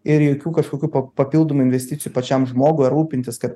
ir jokių kažkokių pa papildomų investicijų pačiam žmogui ar rūpintis kad